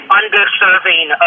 underserving